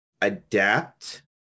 adapt